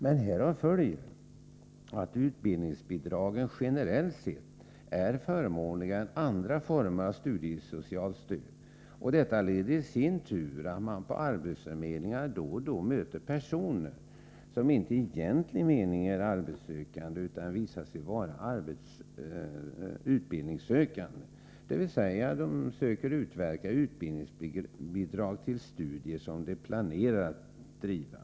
Men härav följer att utbildningsbidragen generellt sett är förmånligare än andra former av studiesocialt stöd. Det leder i sin tur till att man på arbetsförmedlingarna då och då möter personer som inte i egentlig mening är arbetssökande, utan visar sig vara ”utbildningssökande”, dvs. de söker utverka utbildningsbidrag till studier som de planerar att driva.